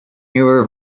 newer